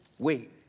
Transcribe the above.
Wait